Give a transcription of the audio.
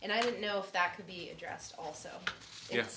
and i don't know if that could be addressed also ye